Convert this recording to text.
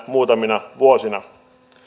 muutamina menneinä vuosina